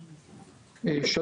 בבקשה.